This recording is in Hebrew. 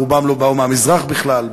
רובם לא באו מהמזרח בכלל,